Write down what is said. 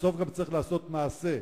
בסוף גם צריך לעשות מעשה,